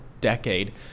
decade